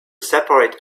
separate